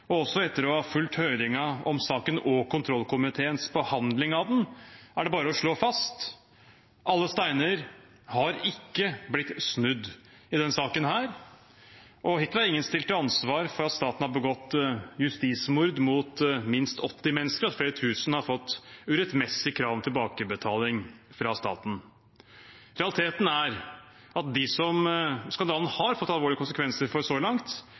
og også etter å ha fulgt høringen om saken og kontrollkomiteens behandling av den, er det bare å slå fast: Alle steiner har ikke blitt snudd i denne saken, og hittil er ingen stilt til ansvar for at staten har begått justismord mot minst 80 mennesker, og at flere tusen har fått urettmessig krav fra staten om tilbakebetaling. Realiteten er at dem som skandalen har fått alvorlige konsekvenser for så langt,